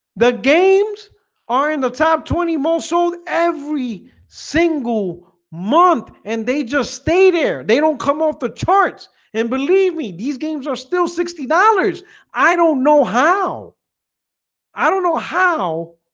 the games are in the top twenty most sold every single month and they just stay there. they don't come off the charts and believe me. these games are still sixty dollars i don't know how i don't know how